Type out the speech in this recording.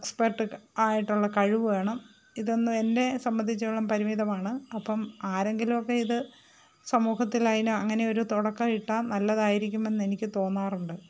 expert ആയിട്ടുള്ള കഴിവ് വേണം ഇതൊന്നും എന്നെ സംബന്ധിച്ചെടുത്തോളം പരിമിതമാണ് അപ്പം ആരെങ്കിലും ഒക്കെ ഇത് സമൂഹത്തിൽ അതിന് അങ്ങനെ ഒരു തുടക്കം ഇട്ടാൽ നല്ലതായിരിക്കുമെന്ന് എനിക്ക് തോന്നാറുണ്ട്